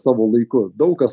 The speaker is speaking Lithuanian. savo laiku daug kas